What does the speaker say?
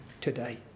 today